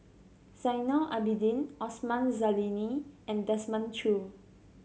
Zainal Abidin Osman Zailani and Desmond Choo